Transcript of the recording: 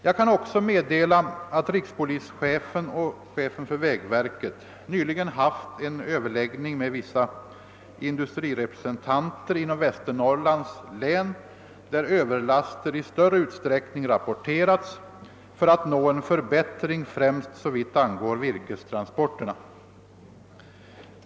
Jag kan också meddela, att rikspolischefen och chefen för vägverket nyligen haft en överläggning med vissa industrirepresentanter inom Västernorrlands län, där Ööverlaster i större utsträckning rapporterats, för att nå en förbättring främst såvitt angår virkestransporterna.